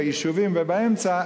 ביישובים ובאמצע,